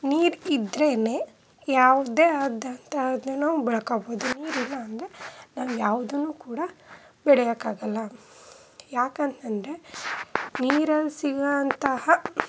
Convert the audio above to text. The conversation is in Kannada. ನೀರು ಇದ್ರೇ ಯಾವುದೇ ಆದಂತಹದ್ದನ್ನ ನಾವು ಬೆಳ್ಕೊಬೋದು ನೀರಿಲ್ಲ ಅಂದರೆ ನಾವು ಯಾವುದನ್ನೂ ಕೂಡ ಬೆಳೆಯೋಕ್ಕಾಗಲ್ಲ ಯಾಕಂತಂದರೆ ನೀರಲ್ಲಿ ಸಿಗುವಂತಹ